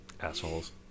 assholes